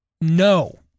No